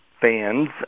fans